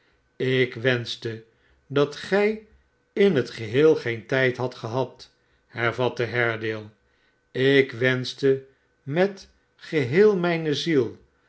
ik wenschte dat gij in tgeheel geen tijd hadt gehad hervatte haredale ik wenschte met geheel mijne ziel